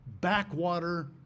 backwater